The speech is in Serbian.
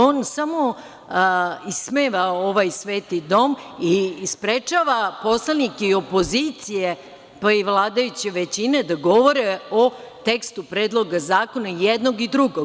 On samo ismeva ovaj sveti dom i sprečava poslanike opozicije, pa i vladajuće većine da govore o tekstu Predloga zakona i jednog i drugog.